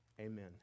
Amen